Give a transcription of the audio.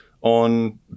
on